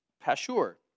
Pashur